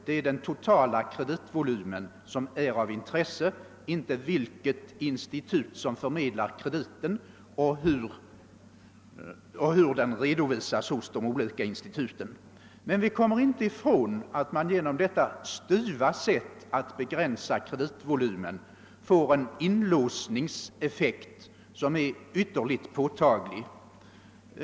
Det är den totala kreditvolymen som är av intresse, inte vilket institut som förmedlar krediten och hur den redovisas hos de olika instituten. Vi kommer emellertid inte ifrån att man genom detta styrda sätt att begränsa kreditvolymen får en inlåsningseffekt som är ytterligt påtaglig.